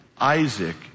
Isaac